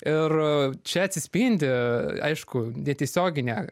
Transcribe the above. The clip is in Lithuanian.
ir čia atsispindi aišku netiesioginė